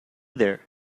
there